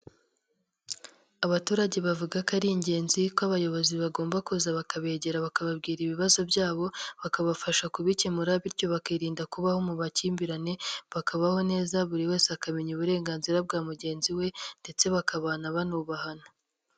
Abaturage bavuga ko ari ingenzi ko abayobozi bagomba kuza bakabegera bakababwira ibibazo byabo, bakabafasha kubikemura bityo bakirinda kubaho mu makimbirane, bakabaho neza buri wese akamenya uburenganzira bwa mugenzi we ndetse bakabana banubahana.